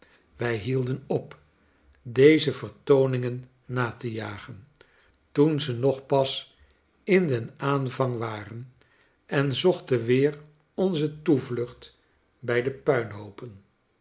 wij hielden op deze vertooningen nate jagen toen ze nog pas in den aanvang waren enzochten weer onze toevlucht bij de puinhoopen